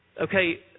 okay